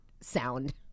sound